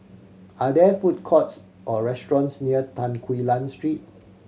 are there food courts or restaurants near Tan Quee Lan Street